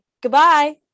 goodbye